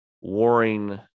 warring